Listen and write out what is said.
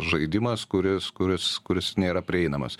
žaidimas kuris kuris kuris nėra prieinamas